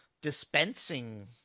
dispensing